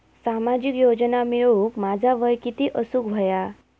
सामाजिक योजना मिळवूक माझा वय किती असूक व्हया?